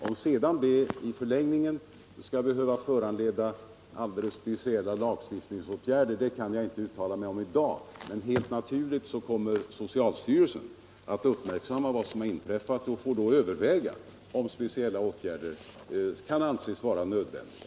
Om det sedan i förlängningen skall behöva föranleda speciella åtgärder kan jag inte uttala mig om i dag, men givetvis kommer socialstyrelsen att uppmärksamma vad som inträffat och överväga om några åtgärder kan anses nödvändiga.